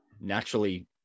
naturally